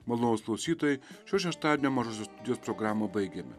malonūs klausytojai šio šeštadienio mažosios studijos programą baigėme